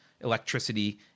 electricity